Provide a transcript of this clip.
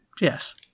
Yes